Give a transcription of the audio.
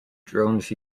drones